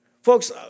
Folks